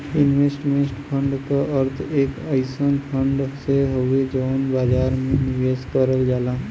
investment fund क अर्थ एक अइसन फण्ड से हउवे जौन बाजार में निवेश करल जाला